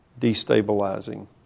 destabilizing